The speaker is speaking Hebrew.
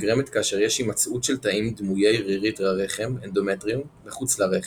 הנגרמת כאשר יש הימצאות של תאים דמויי רירית הרחם אנדומטריום מחוץ לרחם,